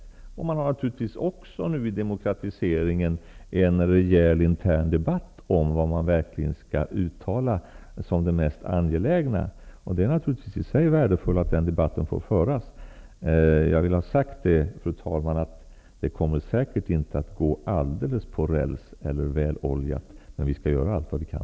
I och med demokratiseringen förs nu naturligtvis också en rejäl intern debatt om vad man verkligen skall uttala som mest angeläget. Det är värdefullt i sig att den debatten får föras. Det kommer säkert inte att gå alldeles som på räls, eller väloljat, men vi skall göra allt vad vi kan.